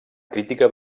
crítica